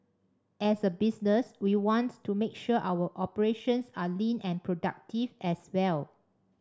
as a business we want to make sure our operations are lean and productive as well